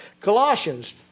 Colossians